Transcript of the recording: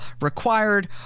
required